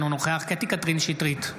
אינו נוכח קטי קטרין שטרית,